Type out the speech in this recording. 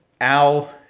Al